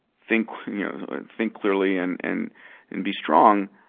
think think clearly, and and and be strong